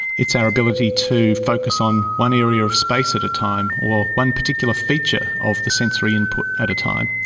it's our ability to focus on one area area of space at a time or one particular feature of the sensory input at a time.